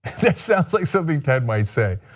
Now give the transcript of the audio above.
that sound like something ted might say.